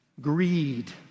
greed